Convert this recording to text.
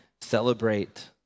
celebrate